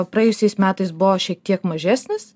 praėjusiais metais buvo šiek tiek mažesnis